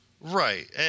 Right